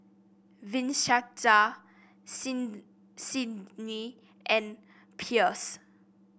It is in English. Vincenza Sydnie and Pierce